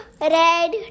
Red